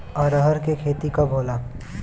अरहर के खेती कब होला?